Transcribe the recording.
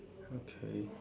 okay